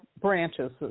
branches